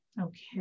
Okay